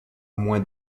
moins